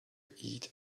eat